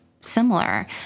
similar